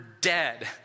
dead